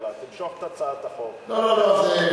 הכלכלה תמשוך את הצעת החוק, לא, לא.